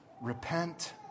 Repent